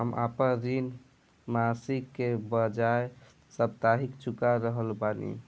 हम आपन ऋण मासिक के बजाय साप्ताहिक चुका रहल बानी